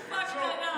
קופה קטנה.